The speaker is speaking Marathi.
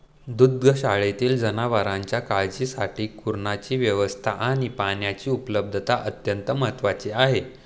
दुग्धशाळेतील जनावरांच्या काळजीसाठी कुरणाची व्यवस्था आणि पाण्याची उपलब्धता अत्यंत महत्त्वाची आहे